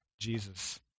Jesus